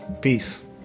Peace